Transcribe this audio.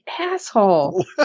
asshole